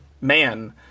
man